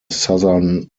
southern